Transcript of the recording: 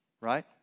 Right